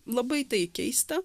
labai tai keista